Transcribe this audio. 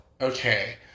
okay